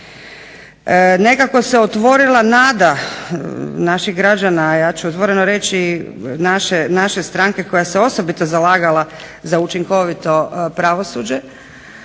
Nekako se otvorila nada naših građana, a ja ću otvoreno reći naše stranke koja se osobito zalagala za učinkovito pravosuđe,